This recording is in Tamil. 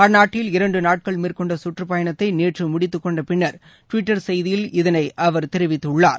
அந்நாட்டில் இரண்டு நாட்கள் மேற்கொண்ட முடித்துக்கொண்ட பின்னர் டுவிட்டர் செய்தியில் இதனை அவர் தெரிவித்துள்ளார்